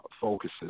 focuses